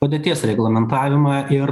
padėties reglamentavimą ir